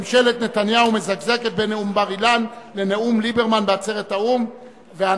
ממשלת נתניהו מזגזגת בין נאום בר-אילן לנאום ליברמן בעצרת האו"ם.